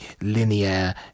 linear